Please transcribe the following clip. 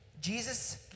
Jesus